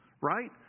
Right